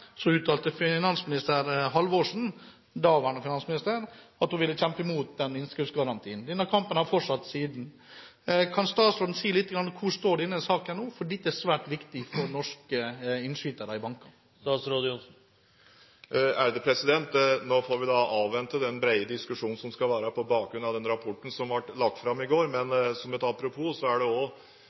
uttalte daværende finansminister Halvorsen at hun ville kjempe imot innskuddsgarantien. Denne kampen har fortsatt siden. Kan statsråden si litt om hvor denne saken nå står, for dette er svært viktig for innskytere i norske banker? Nå får vi avvente den brede diskusjonen som skal være på bakgrunn av den rapporten som ble lagt fram i går, men som et apropos kan det også være grunn til å minne om det